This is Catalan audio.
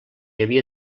havia